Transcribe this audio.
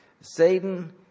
Satan